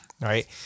right